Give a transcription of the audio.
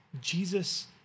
Jesus